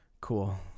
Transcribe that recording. Cool